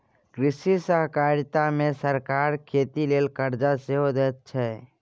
कृषि सहकारिता मे सरकार खेती लेल करजा सेहो दैत छै